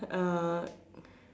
uh